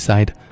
Side